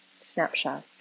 snapshot